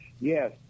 Yes